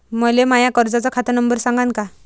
मले माया कर्जाचा खात नंबर सांगान का?